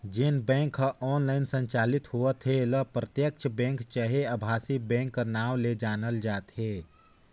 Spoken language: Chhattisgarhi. जेन बेंक ह ऑनलाईन संचालित होवत हे ल प्रत्यक्छ बेंक चहे अभासी बेंक कर नांव ले जानल जाथे